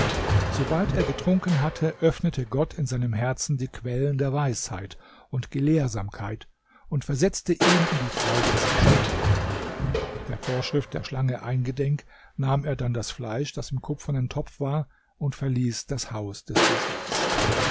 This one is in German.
sobald er getrunken hatte öffnete gott in seinem herzen die quellen der weisheit und gelehrsamkeit und versetzte ihn in die freudigste stimmung der vorschrift der schlange eingedenk nahm er dann das fleisch das im kupfernen topf war und verließ das haus des veziers